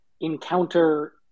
encounter